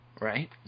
Right